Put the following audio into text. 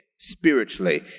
spiritually